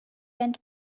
went